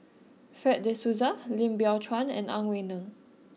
Fred de Souza Lim Biow Chuan and Ang Wei Neng